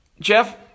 Jeff